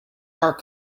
are